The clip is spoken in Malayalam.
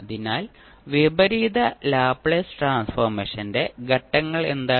അതിനാൽ വിപരീത ലാപ്ലേസ് ട്രാൻസ്ഫോർമേഷന്റെ ഘട്ടങ്ങൾ എന്താണ്